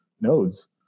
nodes